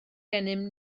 gennym